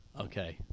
Okay